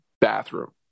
bathroom